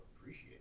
appreciate